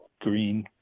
green